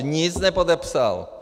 Nic nepodepsal.